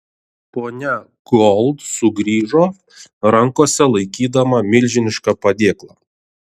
ponia gold sugrįžo rankose laikydama milžinišką padėklą